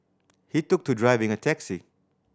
he took to driving a taxi